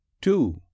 Two